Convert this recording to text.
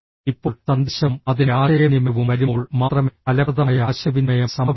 ഇപ്പോൾ സന്ദേശവും അതിന്റെ ആശയവിനിമയവും വരുമ്പോൾ മാത്രമേ ഫലപ്രദമായ ആശയവിനിമയം സംഭവിക്കൂ